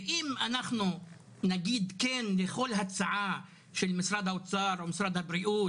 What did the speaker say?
ואם אנחנו נגיד כן לכל הצעה של משרד האוצר או משרד הבריאות,